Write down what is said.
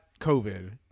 COVID